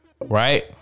Right